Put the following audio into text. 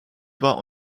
war